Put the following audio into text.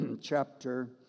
chapter